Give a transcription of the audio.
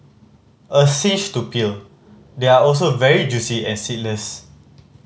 a cinch to peel they are also very juicy and seedless